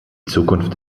zukunft